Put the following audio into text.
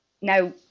now